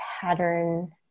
pattern